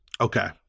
Okay